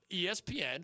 espn